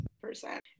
percent